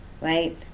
Right